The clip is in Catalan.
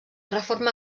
reforma